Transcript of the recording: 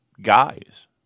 guys